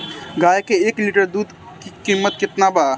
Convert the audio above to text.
गाय के एक लीटर दुध के कीमत केतना बा?